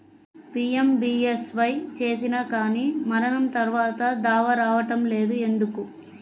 PMBSY చేసినా కానీ మరణం తర్వాత దావా రావటం లేదు ఎందుకు?